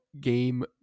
Game